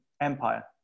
Empire